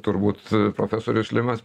turbūt profesorius limas